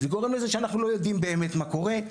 זה גורם לזה שאנחנו לא יודעים באמת מה קורה,